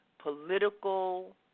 Political